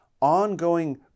ongoing